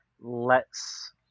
lets